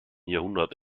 jahrhundert